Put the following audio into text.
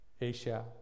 Asia